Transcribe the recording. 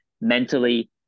mentally